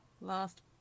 Last